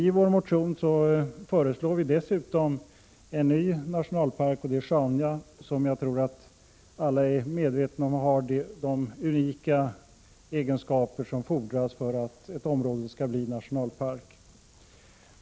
I vår motion föreslår vi dessutom en ny nationalpark, Sjaunja, som jag tror att alla är medvetna om har de unika egenskaper som fordras för att ett område skall bli nationalpark.